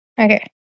Okay